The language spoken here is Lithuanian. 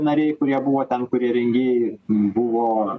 nariai kurie buvo ten kurie rengėjai buvo